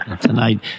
tonight